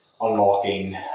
unlocking